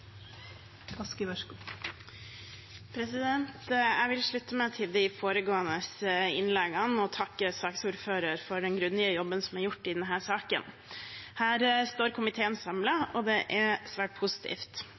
Jeg vil slutte meg til de foregående innleggene og takke saksordføreren for den grundige jobben som er gjort i denne saken. Her står komiteen samlet, og det er svært positivt.